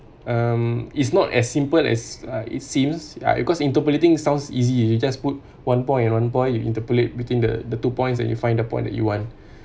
um it's not as simple as uh it seems ya because interpolating sounds easy you just put one point and one point you interpolate between the the two points then you find the point that you want